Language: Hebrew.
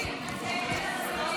בסדר.